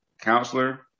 counselor